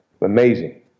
amazing